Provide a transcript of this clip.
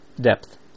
depth